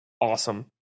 awesome